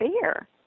fear